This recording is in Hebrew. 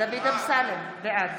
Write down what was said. בעד